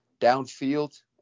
downfield